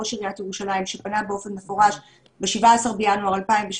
ראש עיריית ירושלים שפנה באופן מפורש ב-17 בינואר 2017